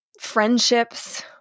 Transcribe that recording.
friendships